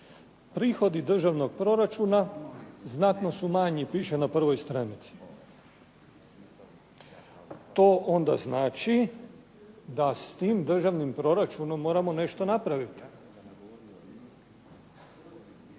Prihodi državnog proračuna znatno su manji, piše na prvoj stranici. To onda znači da s tim državnim proračunom moramo nešto napraviti.